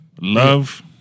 Love